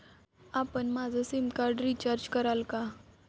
आपण माझं sim card recharge कराल का?